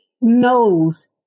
knows